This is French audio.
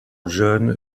john